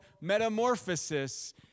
metamorphosis